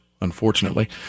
unfortunately